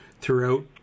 throughout